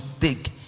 take